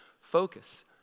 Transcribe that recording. focus